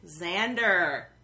Xander